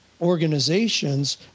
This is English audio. organizations